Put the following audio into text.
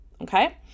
Okay